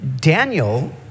Daniel